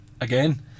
again